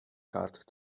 card